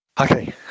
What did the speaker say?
Okay